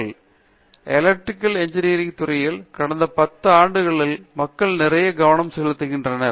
பேராசிரியர் Pratap Haridas electrical engineering துறையில் கடந்த 10 ஆண்டுகளில் மக்கள் நிறைய கவனம் செலுத்துகிறார்கள்